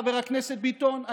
חבר הכנסת ביטון,